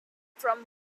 from